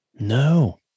No